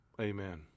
Amen